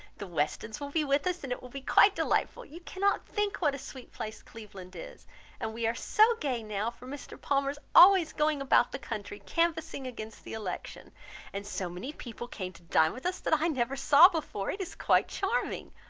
the westons will be with us, and it will be quite delightful. you cannot think what a sweet place cleveland is and we are so gay now, for mr. palmer is always going about the country canvassing against the election and so many people came to dine with us that i never saw before, it is quite charming!